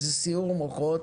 איזה סיעור מוחות,